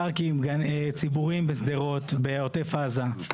פארקים ציבוריים בשדרות, בעוטף עזה.